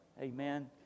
Amen